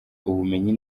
ubumenyi